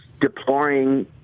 deploring